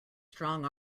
strong